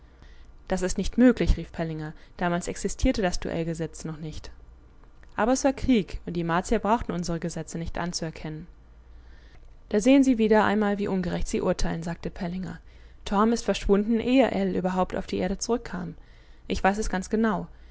das ist nicht möglich rief pellinger damals existierte das duellgesetz noch nicht aber es war krieg und die martier brauchten unsere gesetze nicht anzuerkennen da sehen sie wieder einmal wie ungerecht sie urteilen sagte pellinger torm ist verschwunden ehe ell überhaupt auf die erde zurückkam ich weiß es ganz genau